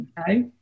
Okay